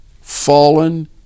fallen